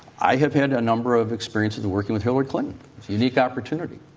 i have had a number of experiences working with hillary clinton. it's a unique opportunity.